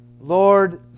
Lord